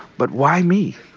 but why me?